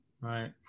right